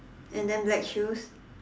and then black shoes